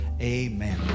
Amen